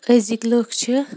أزِکۍ لُکھ چھِ